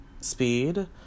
speed